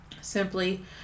simply